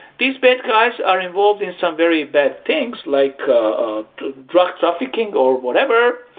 these bad guys are involved in some very bad things, like drug trafficking or whatever.